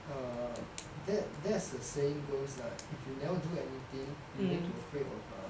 uh that there's a saying goes lah if you never do anything you don't need to afraid of